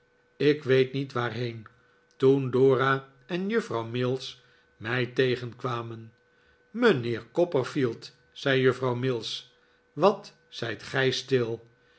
ik weet niet waarheen toen dora en juffrouw mills mij tegenkwamen mijnheer copperfield zei juffrouw mills wat zijt gij stil